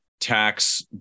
tax